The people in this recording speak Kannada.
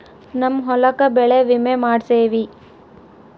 ನಮ್ ಹೊಲಕ ಬೆಳೆ ವಿಮೆ ಮಾಡ್ಸೇವಿ